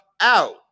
out